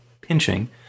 pinching